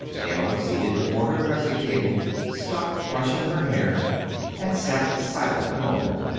emma, seated before her dressing-table, stopped brushing her hair and sat silent a moment,